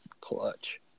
clutch